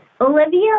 Olivia